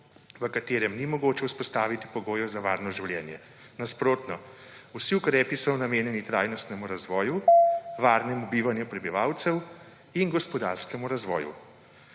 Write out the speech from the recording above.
v katerem ni mogoče vzpostaviti pogojev za varno življenje. Nasprotno, vsi ukrepi so namenjeni trajnostnemu razvoju, varnemu bivanju prebivalcev in gospodarskemu razvoju.